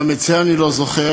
גם את זה אני לא זוכר.